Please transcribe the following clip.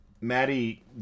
Maddie